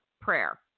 prayer